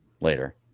later